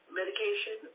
medication